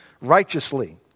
righteously